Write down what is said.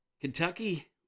Kentucky